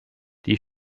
die